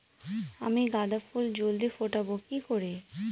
আমি গাঁদা ফুল জলদি ফোটাবো কি করে?